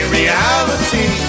reality